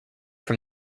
from